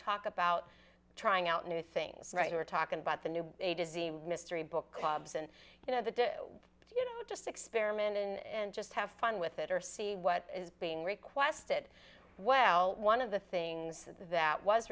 talk about trying out new things right or talking about the new mystery book clubs and you know the you know just experiment and just have fun with it or see what is being requested well one of the things that was